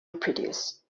reproduce